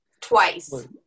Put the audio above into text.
Twice